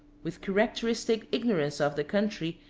with characteristic ignorance of the country,